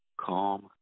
calm